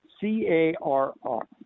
C-A-R-R